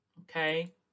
Okay